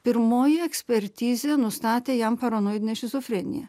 pirmoji ekspertizė nustatė jam paranoidinę šizofreniją